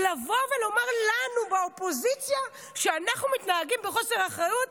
לבוא ולומר לנו באופוזיציה שאנחנו מתנהגים בחוסר אחריות?